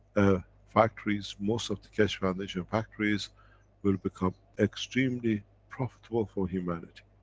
ah factories, most of the keshe foundation factories will become extremely profitable for humanity.